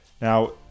now